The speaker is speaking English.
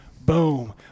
Boom